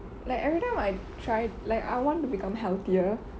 like every time I try like I want to become healthier